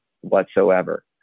whatsoever